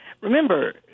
remember